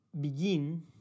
begin